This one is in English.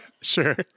Sure